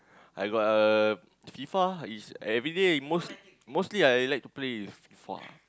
I got uh FIFA is everyday most mostly I like to play with FIFA